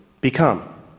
become